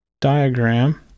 diagram